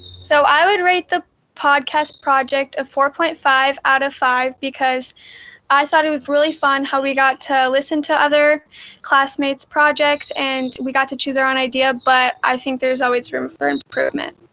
so i would rate the podcast project a four point five out of five, because i thought it was really fun how we got to listen to other classmates' projects and we got to choose our own idea. but i think there's always room for improvement.